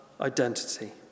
identity